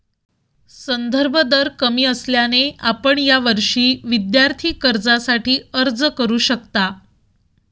संदर्भ दर कमी असल्याने आपण यावर्षी विद्यार्थी कर्जासाठी अर्ज करू शकता